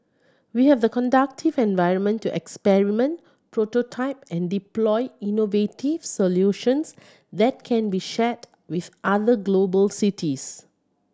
we have the conductive environment to experiment prototype and deploy innovative solutions that can be shared with other global cities